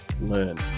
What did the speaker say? learn